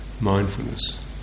mindfulness